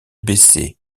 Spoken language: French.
baisser